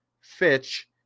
Fitch